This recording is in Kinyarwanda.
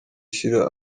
ishira